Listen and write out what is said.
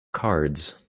cards